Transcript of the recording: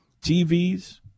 TVs